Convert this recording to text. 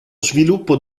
sviluppo